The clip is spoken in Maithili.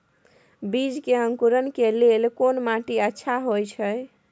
बीज के अंकुरण के लेल कोन माटी अच्छा होय छै?